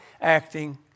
acting